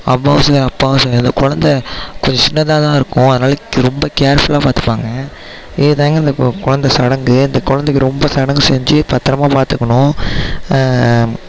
அம்மாவும் சரி அப்பாவும் சரி அந்த கொழந்தை கொஞ்சம் சின்னதாக தான் இருக்கும் அதனால ரொம்ப கேர்ஃபுல்லாக பார்த்துப்பாங்க இது தான்ங்க அந்த கொழந்தை சடங்கு அந்த கொழந்தை ரொம்ப சடங்கு செஞ்சு பத்திரமா பார்த்துக்கணும்